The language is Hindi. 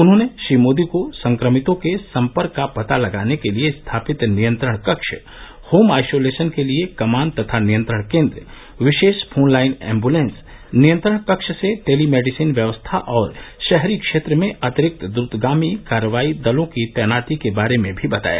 उन्होंने श्री मोदी को संक्रमितों के संपर्क का पता लगाने के लिए स्थापित नियंत्रण कक्ष होम आइसोलेशन के लिए कमान तथा नियंत्रण केंद्र विशेष फोन लाइन एम्बुलेंस नियंत्रण कक्ष से टेलीमेडिसिन व्यवस्था और शहरी क्षेत्र में अतिरिक्त द्रतगामी कार्रवाई दलों की तैनाती के बारे में भी बताया